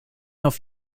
auf